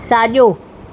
साॼो